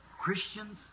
Christians